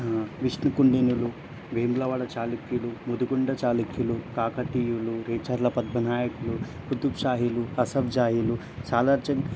విష్ణుకుండినులు వేములవాడ చాళుక్యులు ముదిగొండ చాళుక్యులు కాకతీయులు రేచర్ల పద్మనాయకులు కుతుబ్ షాహీలు అసఫ్ జాహీలు సాలార్జంగ్